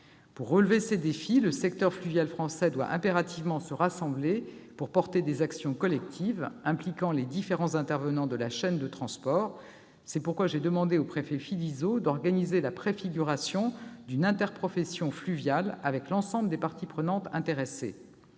Pour relever ces défis, le secteur fluvial français doit impérativement se rassembler, afin de mener des actions collectives impliquant les différents intervenants de la chaîne de transport. C'est pourquoi j'ai demandé au préfet François Philizot d'organiser la préfiguration d'une interprofession fluviale, avec l'ensemble des parties prenantes intéressées,